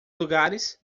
lugares